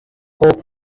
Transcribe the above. hope